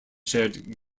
shared